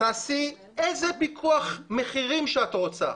תעשי איזה פיקוח מחירים שאת רוצה,